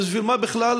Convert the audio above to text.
בשביל מה בכלל